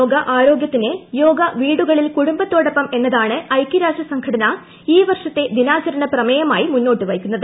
യോഗ ആരോഗൃത്തിന് യോഗ വീടുകളിൽ കുടുംബത്തോള്ട്ടാപ്പം എന്നതാണ് ഐക്യരാഷ്ട്ര സംഘടന ഈ വർഷ്ക്ക്ക്ക് ദിനാചരണ പ്രമേയമായി മുന്നോട്ട് വയ്ക്കുന്നത്